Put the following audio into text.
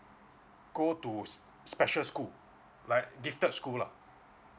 go to special school like gifted school lah